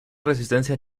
resistencia